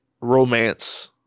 romance